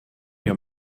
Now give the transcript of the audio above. your